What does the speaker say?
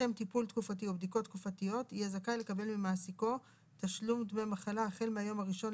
אחת מתקופות האשפוז נמשכה חודשיים תמימים.